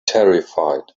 terrified